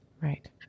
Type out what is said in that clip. Right